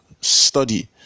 study